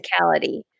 physicality